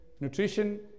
nutrition